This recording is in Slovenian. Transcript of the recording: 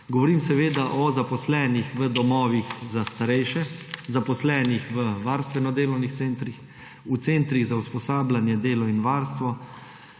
Govorim seveda o zaposlenih v domovih za starejše, zaposlenih v varstveno-delovnih centrih, v centrih za usposabljanje delo in varstvo,